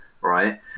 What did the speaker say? right